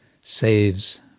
saves